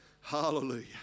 Hallelujah